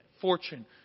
fortune